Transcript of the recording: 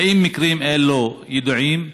1. האם מקרים אלה ידועים?